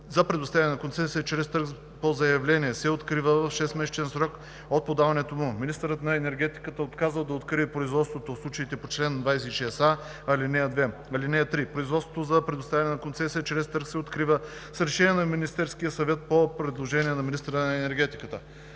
за предоставяне на концесия чрез търг по заявление се открива в 6-месечен срок от подаването му. Министърът на енергетиката отказва да открие производството в случаите по чл. 26а, ал. 2. (3) Производството за предоставяне на концесия чрез търг се открива с решение на Министерския съвет по предложение на министъра на енергетиката.